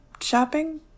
shopping